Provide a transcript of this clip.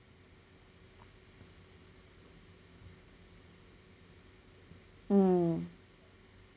mm